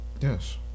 Yes